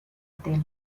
tela